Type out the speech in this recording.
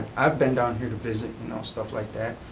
i've been down here to visit, you know, stuff like that,